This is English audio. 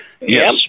Yes